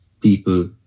people